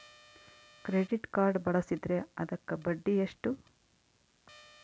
Credit card ಬಳಸಿದ್ರೇ ಅದಕ್ಕ ಬಡ್ಡಿ ಎಷ್ಟು?